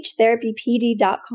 speechtherapypd.com